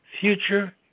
future